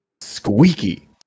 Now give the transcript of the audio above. Squeaky